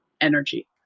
energy